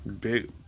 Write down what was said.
Big